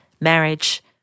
marriage